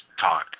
talk